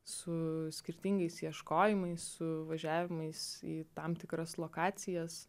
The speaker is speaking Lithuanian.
su skirtingais ieškojimais su važiavimais į tam tikras lokacijas